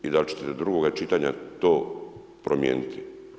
I dal' ćete do drugoga čitanja to promijeniti?